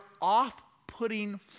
off-putting